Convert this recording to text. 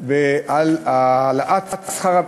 על העלאת שכר,